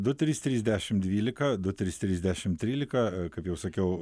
du trys trys dešim dvylika du trys trys dešimt tryliką kaip jau sakiau